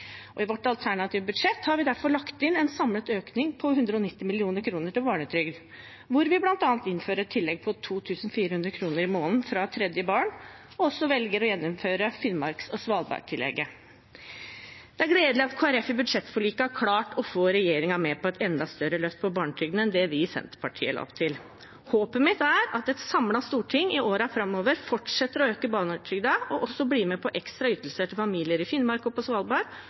prisutviklingen. I vårt alternative budsjett har vi derfor lagt inn en samlet økning på 190 mill. kr til barnetrygd. Vi innfører bl.a. et tillegg på 2 400 kr fra det tredje barnet og velger også å gjeninnføre Finnmarks- og Svalbard-tillegget. Det er gledelig at Kristelig Folkeparti i budsjettforliket har klart å få regjeringen med på et enda større løft for barnetrygden enn det vi i Senterpartiet la opp til. Håpet mitt er at et samlet storting i årene framover fortsetter å øke barnetrygden og også blir med på ekstra ytelser til familier i Finnmark og på Svalbard